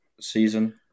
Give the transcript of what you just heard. season